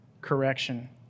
correction